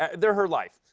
ah they're her life.